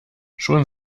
schon